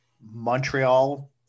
Montreal